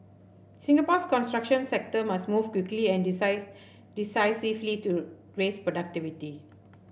Singapore's construction sector must move quickly and decisively to raise productivity